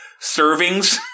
servings